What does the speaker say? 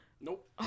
Nope